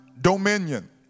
dominion